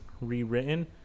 rewritten